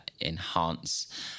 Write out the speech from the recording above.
enhance